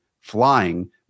flying